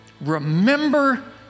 remember